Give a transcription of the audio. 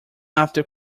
after